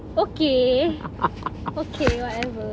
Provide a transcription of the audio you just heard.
okay okay whatever